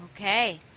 Okay